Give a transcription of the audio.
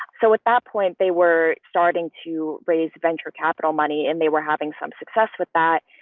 so at that point, they were starting to raise venture capital money and they were having some success with that.